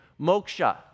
Moksha